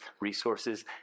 resources